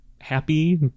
happy